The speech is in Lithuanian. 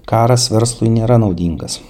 karas verslui nėra naudingas